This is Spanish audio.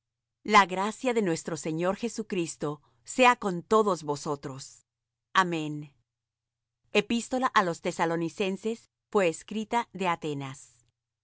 la gracia de nuestro señor jesucristo sea con vosotros amén espístola á los tesalonicenses fué escrita de atenas